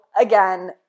again